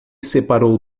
separou